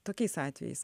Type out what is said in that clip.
tokiais atvejais